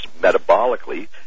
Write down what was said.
metabolically